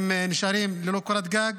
הם נשארים ללא קורת גג,